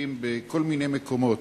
המשפטים בכל מיני מקומות,